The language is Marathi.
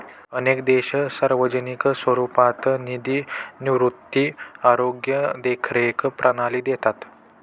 अनेक देश सार्वजनिक स्वरूपात निधी निवृत्ती, आरोग्य देखरेख प्रणाली देतात